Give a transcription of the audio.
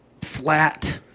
flat